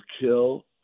kill